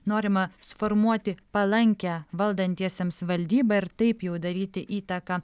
norima suformuoti palankią valdantiesiems valdybą ir taip jau daryti įtaką